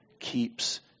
keeps